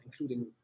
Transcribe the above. including